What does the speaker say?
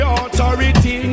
authority